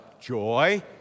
joy